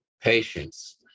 Patience